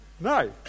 No